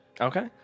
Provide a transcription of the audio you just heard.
Okay